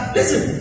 Listen